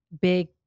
big